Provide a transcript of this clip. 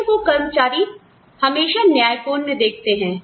वेतन को कर्मचारी हमेशा न्याय पूर्ण देखते हैं